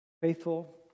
faithful